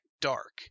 dark